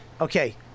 Okay